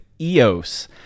EOS